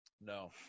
no